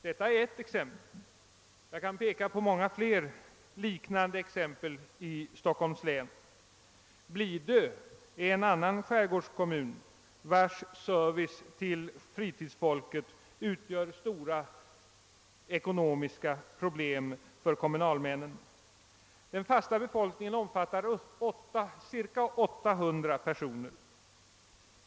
Detta är ett exempel, och jag kan peka på många fler liknande exempel i Stockholms län. Blidö är en annan skärgårdskommun vars service till fritidsfolket medför stora ekonomiska problem för kommunalmännen. Den fasta befolkningen omfattar cirka 800 personer.